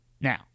Now